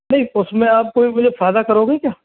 नहीं उसमें आप कोई मुझे फायदा करोगे क्या